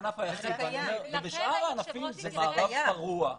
בשאר הענפים זה מערב פרוע.